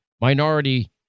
minority